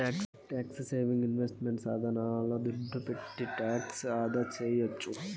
tax saving investment సాధనాల దుడ్డు పెట్టి టాక్స్ ఆదాసేయొచ్చు